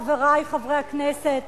חברי חברי הכנסת,